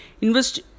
Invest